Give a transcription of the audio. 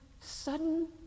sudden